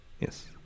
Yes